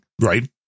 Right